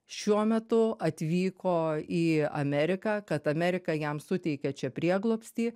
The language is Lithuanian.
šiuo metu atvyko į ameriką kad amerika jam suteikė čia prieglobstį